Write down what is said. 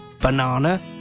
Banana